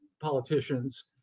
Politicians